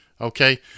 Okay